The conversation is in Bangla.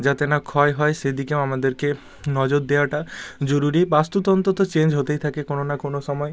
যাতে না ক্ষয় হয় সেদিকেও আমাদেরকে নজর দেওয়াটা জরুরি বাস্তুতন্ত্র তো চেঞ্জ হতেই থাকে কোনো না কোনো সময়